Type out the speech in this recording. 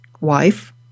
wife